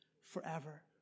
forever